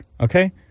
okay